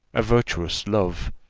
a virtuous love,